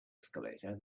escalator